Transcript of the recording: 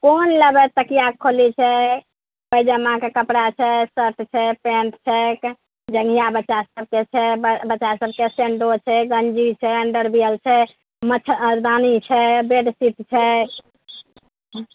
कोन लेबय तकियाके खोली छै पायजामाके कपड़ा छै शर्ट छै पैंट छै जाँघिया बच्चा सभके छै बच्चा सभके सेंडो छै गञ्जी छै अंडरवियर छै मच्छरदानी छै बेडशीट छै